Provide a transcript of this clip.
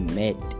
met